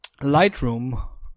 Lightroom